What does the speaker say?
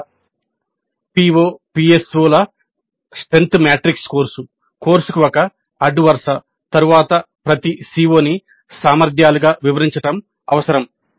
చివరగా PO PSO బలం matrix course కోర్సుకు ఒక అడ్డు వరుస తరువాత ప్రతి CO ని సామర్థ్యాలుగా వివరించడం అవసరం